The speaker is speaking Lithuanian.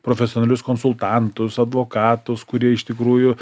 profesionalius konsultantus advokatus kurie iš tikrųjų